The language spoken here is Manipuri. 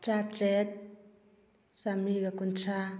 ꯇꯔꯥꯇꯔꯦꯠ ꯆꯃ꯭ꯔꯤꯒ ꯀꯨꯟꯊ꯭ꯔꯥ